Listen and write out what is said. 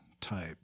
type